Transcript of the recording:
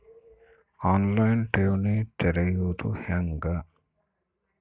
On line ಠೇವಣಿ ತೆರೆಯೋದು ಹೆಂಗ?